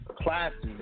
classes